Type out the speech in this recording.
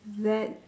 that